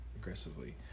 aggressively